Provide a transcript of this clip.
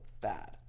bad